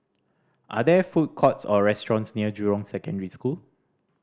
are there food courts or restaurants near Jurong Secondary School